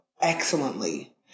excellently